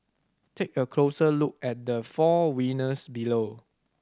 take a closer look at the four winners below